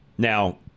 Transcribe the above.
Now